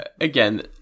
Again